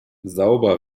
sauber